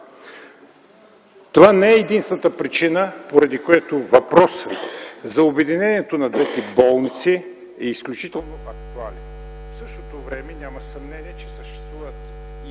Това не е единствената причина, поради която въпросът за обединението на двете болници е изключително актуален. В същото време няма съмнение, че съществуват и